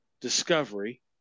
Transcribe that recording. Discovery